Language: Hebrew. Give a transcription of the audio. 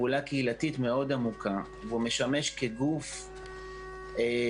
פעולה קהילתית מאוד עמוקה והוא משמש כגוף מייעץ,